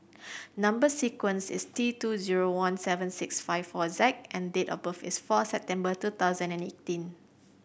number sequence is T two zero one seven six five four Z and date of birth is four September two thousand and eighteen